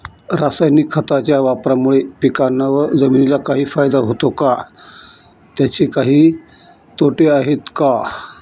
रासायनिक खताच्या वापरामुळे पिकांना व जमिनीला काही फायदा होतो का? त्याचे काही तोटे आहेत का?